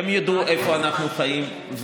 הם ידעו איפה אנחנו חיים.